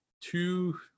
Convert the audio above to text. two